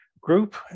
Group